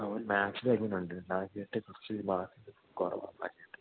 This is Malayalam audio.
അവൻ മാത്സിലായിരുന്നു നല്ലത് ബാക്കിയൊക്കെ കുറച്ച് മാർക്കിത്തിരി കുറവാണ്